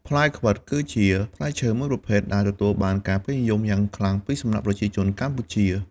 ផ្លែខ្វិត គឺជាផ្លែឈើមួយប្រភេទដែលទទួលបានការពេញនិយមយ៉ាងខ្លាំងពីសំណាក់ប្រជាជនកម្ពុជា។